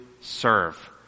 serve